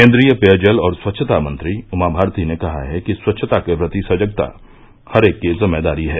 केन्द्रीय पेयजल और स्वच्छता मंत्री उमा भारती ने कहा है कि स्वच्छता के प्रति सजगता हर एक की ज़िम्मेदारी है